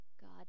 God